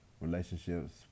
relationships